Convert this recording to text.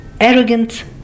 arrogant